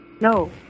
No